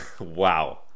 Wow